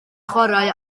chwarae